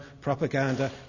propaganda